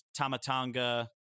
Tamatanga